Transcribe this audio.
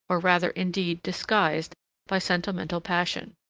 or rather, indeed, disguised by sentimental passion.